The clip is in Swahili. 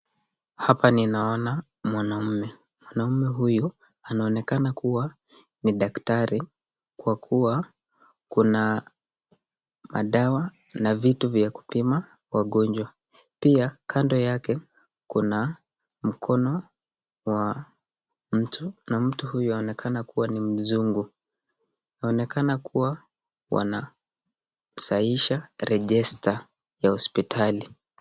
Hapa ninaona mwanaume. Mwanaume huyu anaonekana kuwa ni daktari kwa kuwa kuna madawa na vitu vya kupima wagonjwa. Pia, kando yake kuna mkono wa mtu na mtu huyu yaonekana kuwa ni mzungu. Inaonekana kuwa wanasahisha rejista ya hospitali.